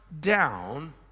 down